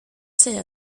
säger